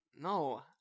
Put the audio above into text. No